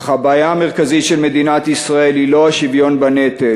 אך הבעיה המרכזית של מדינת ישראל היא לא השוויון בנטל,